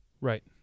Right